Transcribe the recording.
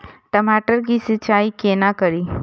टमाटर की सीचाई केना करी?